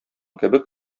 кебек